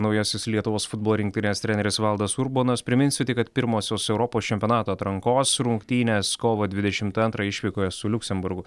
naujasis lietuvos futbolo rinktinės treneris valdas urbonas priminsiu tik kad pirmosios europos čempionato atrankos rungtynės kovo dvidešimt antrą išvykoje su liuksemburgu